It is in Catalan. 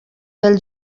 pel